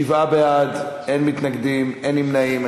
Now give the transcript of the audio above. שבעה בעד, אין מתנגדים, אין נמנעים.